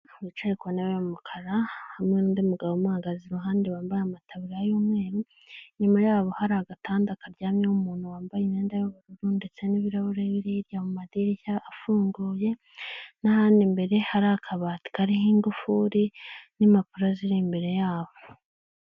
Wicaye ku ntebe y'umukara hamwe n'undi mugabo umuhagaze iruhande bambaye amataburiya y'umweru, inyuma y'abo hari agatanda karyamyeho umuntu wambaye imyenda y'ubururu ndetse n'ibirahuri biri hirya mu madirishya afunguye n'ahandi imbere hari akabati kariho ingufuri n'impapuro ziri imbere y'abo.